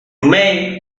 may